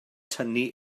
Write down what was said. tynnu